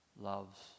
loves